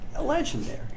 legendary